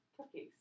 cookies